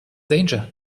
danger